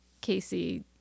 Casey